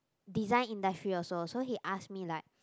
design industry also so he ask me like